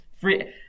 free